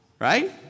right